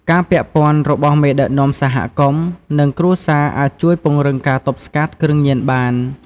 ការពាក់ព័ន្ធរបស់មេដឹកនាំសហគមន៍ និងគ្រួសារអាចជួយពង្រឹងការទប់ស្កាត់ គ្រឿងញៀនបាន។